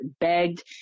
begged